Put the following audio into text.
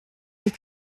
wyt